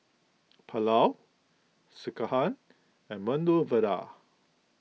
Pulao Sekihan and Medu Vada